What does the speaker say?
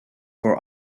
for